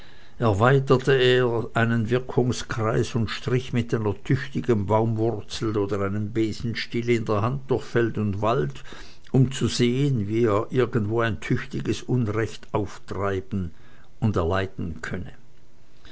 erweiterte er seinen wirkungskreis und strich mit einer tüchtigen baumwurzel oder einem besenstiel in der hand durch feld und wald um zu sehen wie er irgendwo ein tüchtiges unrecht auftreiben und erleiden könne